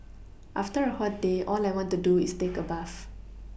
after a hot day all I want to do is take a bath